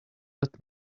let